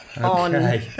Okay